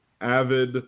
avid